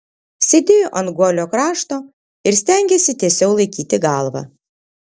sėdėjo ant guolio krašto ir stengėsi tiesiau laikyti galvą